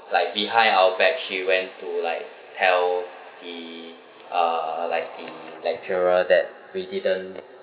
like behind our back she went to like tell the uh like the lecturer that we didn't